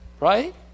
right